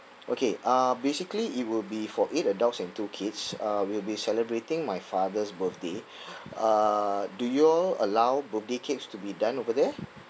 okay uh basically it will be for eight adults and two kids uh we will be celebrating my father's birthday uh do you all allow birthday cakes to be done over there